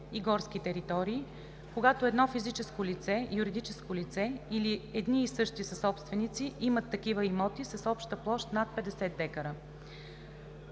и горски територии, когато едно физическо лице, юридическо лице или едни и същи съсобственици имат такива имоти с обща площ над 50 декара.